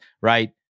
right